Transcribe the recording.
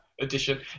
edition